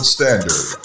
Standard